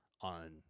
on